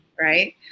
right